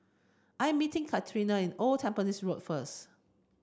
I'm meeting Karina is Old Tampines Road first